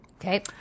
okay